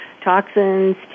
toxins